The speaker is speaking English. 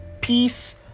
peace